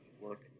work